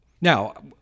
Now